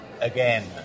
again